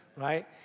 Right